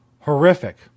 horrific